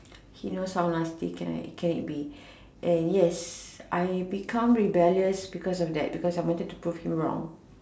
he knows how nasty can I can it be and yes I become rebellious because of that because I wanted to prove him wrong